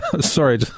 sorry